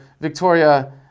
Victoria